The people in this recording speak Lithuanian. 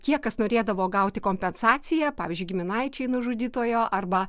tie kas norėdavo gauti kompensaciją pavyzdžiui giminaičiai nužudytojo arba